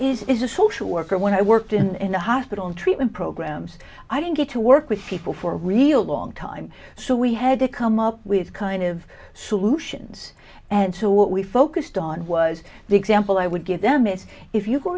being is a social worker when i worked in the hospital treatment programs i didn't get to work with people for real long time so we had to come up with kind of solutions and so what we focused on was the example i would give them is if you go